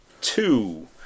two